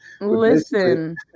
Listen